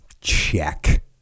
check